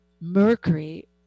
Mercury